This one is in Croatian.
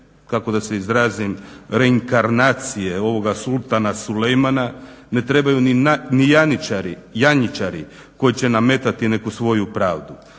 kako da se izrazim reinkarnacije ovoga Sultana Sulejmana ne trebaju ni Janjičari koji će nametati neku svoju pravdu